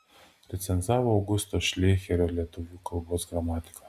recenzavo augusto šleicherio lietuvių kalbos gramatiką